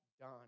done